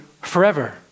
forever